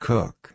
Cook